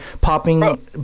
Popping